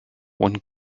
one